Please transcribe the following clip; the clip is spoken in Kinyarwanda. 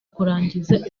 kurangiza